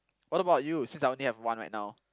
what about you since I only have one right now